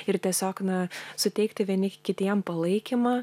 ir tiesiog na suteikti vieni kitiem palaikymą